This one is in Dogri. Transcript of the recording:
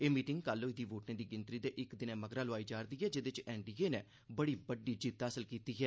एह् मीटिंग कल होई दी वोटें दी गिनतरी दे इक दिनै मगरा लोआई जा'रदी ऐ जेह्दे च एनडीए नै बड़ी बड़्डी जित्त हासल कीती ऐ